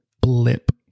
blip